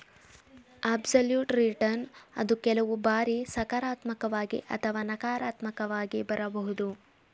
absolute return ಅದು ಕೆಲವು ಬಾರಿ ಸಕಾರಾತ್ಮಕವಾಗಿ ಅಥವಾ ನಕಾರಾತ್ಮಕವಾಗಿ ಬರಬಹುದು